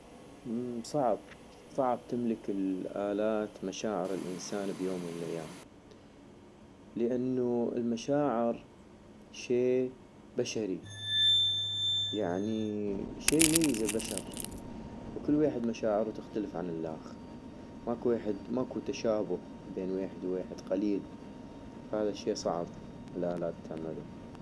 امم صعب صعب تملك الالات مشاعر الانسان بيوم من الايام لانو المشاعر شي بشري يعني شي يميز البشر، وكل ويحد مشاعرو تختلف عن الخ ماكوويح-ماكو تشابه بين ويحد وويحد قليل فهذا الشي صعب الالات تعملو